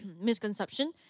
misconception